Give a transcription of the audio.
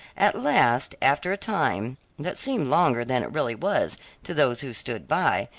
at last, after a time that seemed longer than it really was to those who stood by,